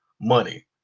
money